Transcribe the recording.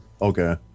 Okay